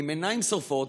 עם עיניים שורפות,